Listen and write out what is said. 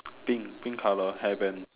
pink pink color hair band